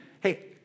hey